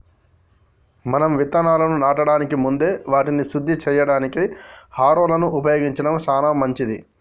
మనం ఇత్తనాలను నాటడానికి ముందే వాటిని శుద్ది సేయడానికి హారొలను ఉపయోగించడం సాన మంచిది